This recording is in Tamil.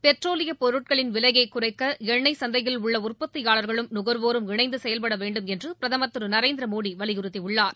பெட்ரோலியப் பொருட்களின் விலையை எண்ணெய் சந்தையில் குறைக்க உள்ள உற்பத்தியாளர்களும் நுகர்வோரும் இணைந்து செயல்பட வேண்டும் என்று பிரதமர் திரு நரேந்திரமோடி வலியுறுத்தியுள்ளார்